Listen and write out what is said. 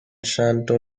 santo